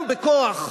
גם בכוח.